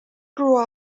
grew